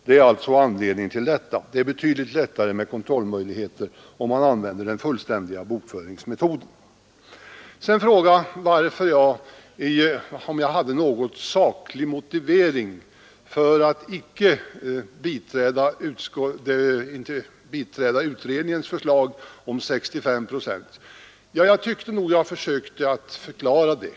Det finns helt andra kontrollmöjligheter när det gäller dem som använder den fullständiga bokföringsmetoden. Sedan till frågan om jag hade någon saklig motivering för att icke biträda utredningens förslag om en avskrivning med 65 procent. Jag tyckte att jag förklarade det.